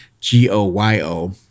G-O-Y-O